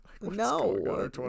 No